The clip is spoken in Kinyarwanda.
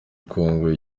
congo